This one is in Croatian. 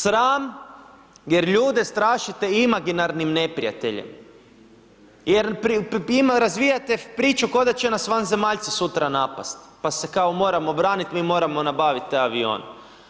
Sram jer ljude strašite imaginarnim neprijateljem, jer, razvijate priču ko da će nas vanzemaljci sutra napast', pa se kao moramo branit, mi moramo nabavit te avione.